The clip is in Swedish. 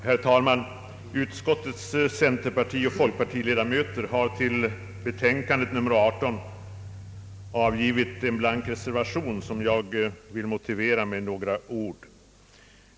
Herr talman! Utskottets centerpartioch folkpartiledamöter har till betänkandet nr 18 avgivit en blank reservation, som jag vill motivera med några ord.